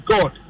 God